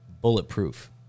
Bulletproof